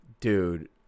dude